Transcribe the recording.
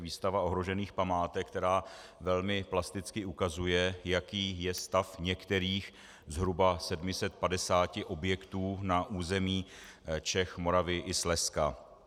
Výstava ohrožených památek, která velmi plasticky ukazuje, jaký je stav některých zhruba 750 objektů na území Čech, Moravy i Slezska.